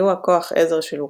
בסיוע כוח עזר של אוקראינים,